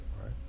right